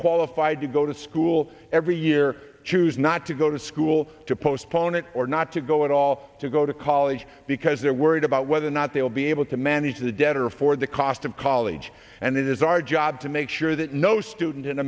qualified to go to school every year choose not to go to school to postpone it or not to go at all to go to college because they're worried about whether or not they will be able to manage the debt or afford the cost of college and it is our job to make sure that no student in